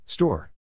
Store